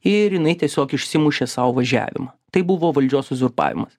ir jinai tiesiog išsimušė sau važiavimą tai buvo valdžios uzurpavimas